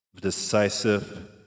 decisive